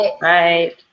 right